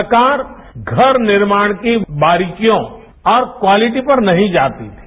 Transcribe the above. सरकार घर निर्माणकी बारीकियों हर क्वालिटी पर नहीं जाती थी